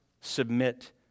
submit